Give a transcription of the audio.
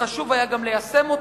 וחשוב היה גם ליישם,